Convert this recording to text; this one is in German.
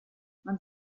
man